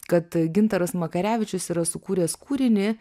kad gintaras makarevičius yra sukūręs kūrinį